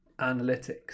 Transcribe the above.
analytics